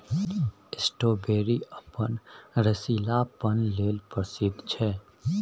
strawberry अपन रसीलापन लेल प्रसिद्ध छै